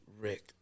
Rick